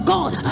God